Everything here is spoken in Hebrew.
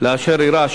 לאשר אירע,